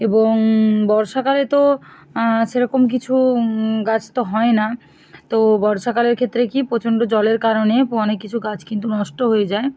এবং বর্ষাকালে তো সেরকম কিছু গাছ তো হয় না তো বর্ষাকালের ক্ষেত্রে কী প্রচণ্ড জলের কারণে অনেক কিছু গাছ কিন্তু নষ্ট হয়ে যায়